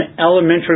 elementary